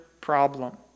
problem